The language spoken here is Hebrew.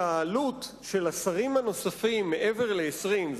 שהעלות של השרים הנוספים מעבר ל-20,